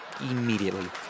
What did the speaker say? Immediately